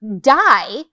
die